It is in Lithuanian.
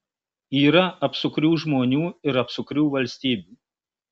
yra apsukrių žmonių ir apsukrių valstybių